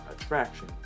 attraction